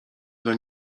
dla